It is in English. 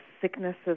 sicknesses